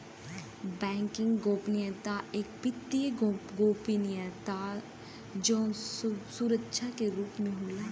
banking गोपनीयता एक वित्तीय गोपनीयता जौन सुरक्षा के रूप में होला